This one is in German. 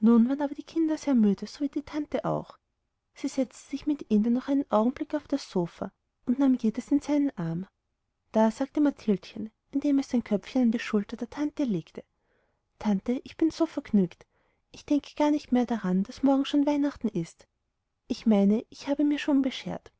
aber die kinder sehr müde sowie die tante auch sie setzte sich mit ihnen noch einen augenblick auf das sofa und nahm jedes in einen arm da sagte mathildchen indem es sein köpfchen an die schulter der tante legte tantchen ich bin so vergnügt ich denke gar nicht mehr daran daß morgen schon weihnachten ist ich meine es habe mir schon beschert